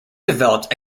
developed